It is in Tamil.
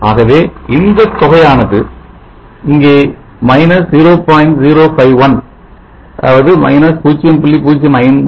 ஆகவே இந்த தொகையானது இங்கே 0